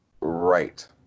Right